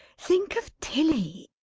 think of tilly!